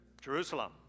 Jerusalem